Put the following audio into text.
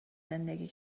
زندگی